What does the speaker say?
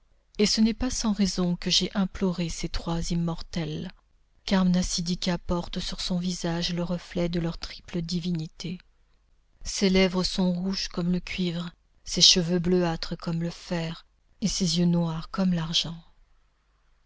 et ce n'est pas sans raison que j'ai imploré ces trois immortels car mnasidika porte sur son visage le reflet de leur triple divinité ses lèvres sont rouges comme le cuivre ses cheveux bleuâtres comme le fer et ses yeux noirs comme l'argent